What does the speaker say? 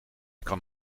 kan